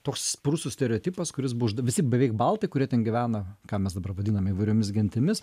toks prūsų stereotipas kuris bu užda visi beveik baltai kurie ten gyvena ką mes dabar vadinam įvairiomis gentimis